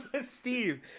Steve